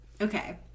Okay